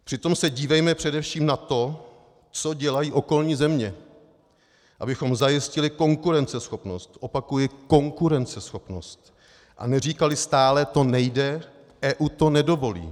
Přitom se dívejme především na to, co dělají okolní země, abychom zajistili konkurenceschopnost opakuji konkurenceschopnost a neříkali stále: to nejde, EU to nedovolí.